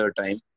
time